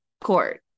court